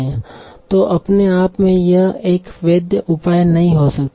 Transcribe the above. तो अपने आप में यह एक वैध उपाय नहीं हो सकता